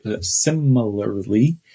similarly